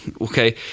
okay